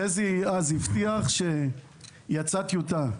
חזי הבטיח אז שיצאה טיוטה.